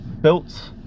built